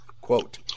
quote